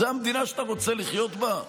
זו המדינה שאתה רוצה לחיות בה?